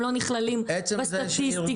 הם לא נכללים בסטטיסטיקה.